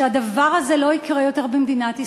שהדבר הזה לא יקרה יותר במדינת ישראל.